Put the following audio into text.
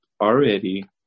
already